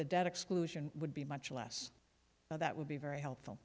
the debt exclusion would be much less now that would be very helpful